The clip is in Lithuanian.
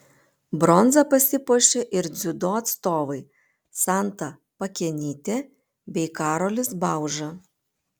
bronza pasipuošė ir dziudo atstovai santa pakenytė bei karolis bauža